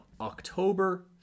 October